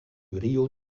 rio